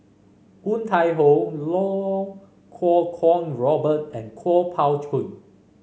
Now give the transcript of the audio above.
Woon Tai Ho Iau Kuo Kwong Robert and Kuo Pao Kun